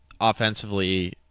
Offensively